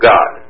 God